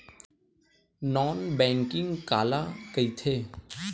Non banking काला कइथे?